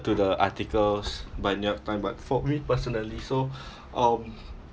to the articles by new-york times but for me personally so um